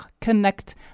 connect